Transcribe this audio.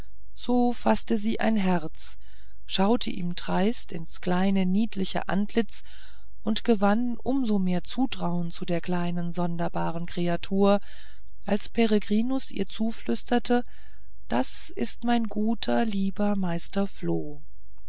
so faßte sie ein herz schaute ihm dreist ins kleine niedliche antlitz und gewann um so mehr zutrauen zu der kleinen sonderbaren kreatur als peregrinus ihr zuflüsterte das ist mein guter lieber meister floh